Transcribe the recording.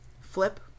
flip